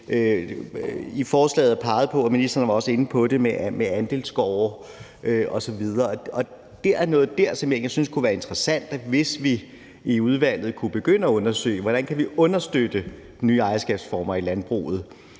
I forslaget er der peget på andelsgårde osv., og det var ministeren også inde på. Der er noget dér, som jeg egentlig synes kunne være interessant – hvis vi i udvalget kunne begynde at undersøge, hvordan vi kan understøtte nye ejerskabsformer i landbruget